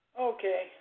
Okay